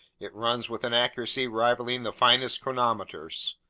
it runs with an accuracy rivaling the finest chronometers.